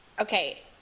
okay